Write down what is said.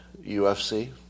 UFC